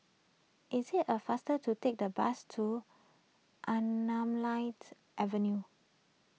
is it a faster to take the bus to Anamalai Avenue